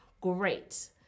Great